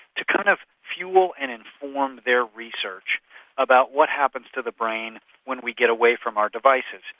to kind of fuel and inform their research about what happens to the brain when we get away from our devices.